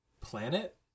planet